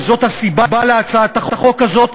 וזאת הסיבה להצעת החוק הזאת,